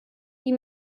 die